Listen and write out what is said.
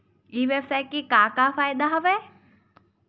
ई व्यवसाय के का का फ़ायदा हवय?